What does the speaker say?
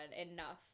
enough